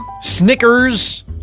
Snickers